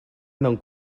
mewn